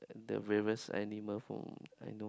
the various animal whom I know